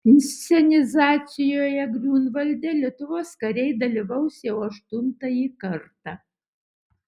inscenizacijoje griunvalde lietuvos kariai dalyvaus jau aštuntąjį kartą